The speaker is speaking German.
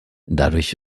dadurch